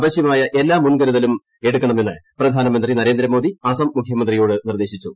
ആവശ്യമായ എല്ലാ മുൻകരുതലും എടുക്കണമെന്ന് പ്രധാനമന്ത്രി നരേന്ദ്ര മോദി അസം മുഖ്യമന്ത്രിയോട് നിർദ്ദേശിച്ചു